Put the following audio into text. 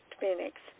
Phoenix